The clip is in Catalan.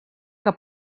que